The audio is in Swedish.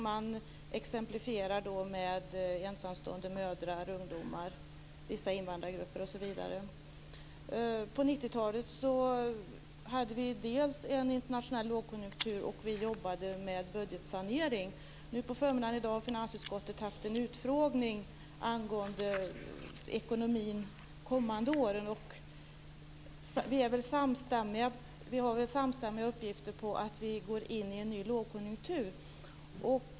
Man exemplifierar med ensamstående mödrar, ungdomar, vissa invandrargrupper osv. På 90-talet hade vi dels en internationell lågkonjunktur, dels en budgetsanering att jobba med. I dag på förmiddagen har finansutskottet haft en utfrågning angående ekonomin de kommande åren, och samstämmiga uppgifter säger att vi går in i en ny lågkonjunktur.